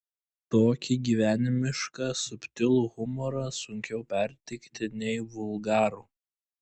tokį gyvenimišką subtilų humorą sunkiau perteikti nei vulgarų